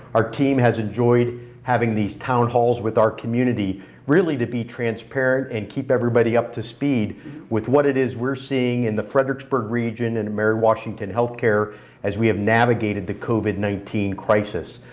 our team has enjoyed having these town halls with our community really to be transparent and keep everybody up to speed with what it is we're seeing in the fredericksburg region and mary washington healthcare as we have navigated the covid nineteen crisis.